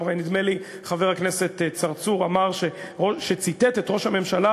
שנדמה לי שגם חבר הכנסת צרצור ציטט את ראש הממשלה